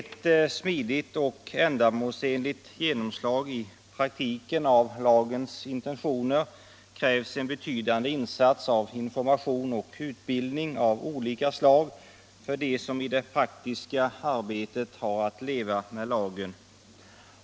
För ett smidigt och ändamålsenligt genomslag i praktiken Onsdagen den av lagens intentioner krävs en betydande insats av information och ut 2 juni 1976 bildning av olika slag för dem som i det praktiska arbetet har att leva I med lagen.